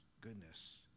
goodness